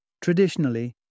Traditionally